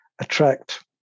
Attract